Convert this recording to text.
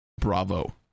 Bravo